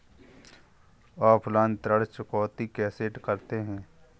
Offline ऋण चुकौती कैसे करते हैं?